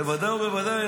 בוודאי ובוודאי.